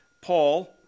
Paul